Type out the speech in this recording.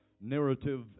narrative